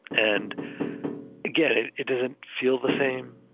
and again, it it doesn't feel the same,